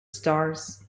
stars